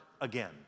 again